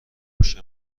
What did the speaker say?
پیش